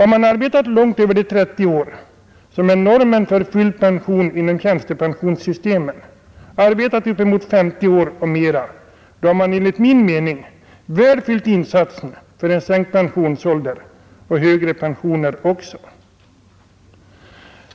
Om man arbetat långt utöver de 30 år som är normen för full pension inom tjänstepensionssystemen, arbetat upp emot 50 år och mer, har man enligt min mening väl fyllt insatsen för en sänkt pensionsålder och högre pensioner också.